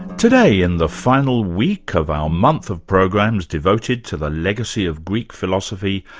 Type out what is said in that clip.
today, in the final week of our month of programs devoted to the legacy of greek philosophy,